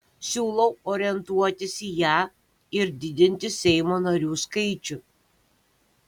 siūlau orientuotis į ją ir didinti seimo narių skaičių